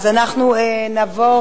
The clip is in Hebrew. אז אנחנו נעבור,